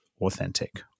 authentic